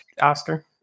Oscar